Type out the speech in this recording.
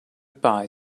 bye